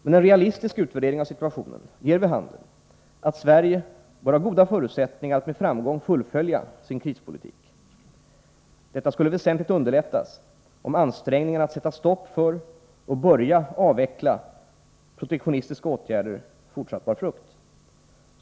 Men en realistisk utvärdering av situationen ger vid handen att Sverige bör ha goda förutsättningar att med framgång fullfölja sin krispolitik. Detta skulle väsentligt underlättas om ansträngningarna att sätta stopp för och börja avveckla de protektionistiska åtgärderna fortsatt bar frukt.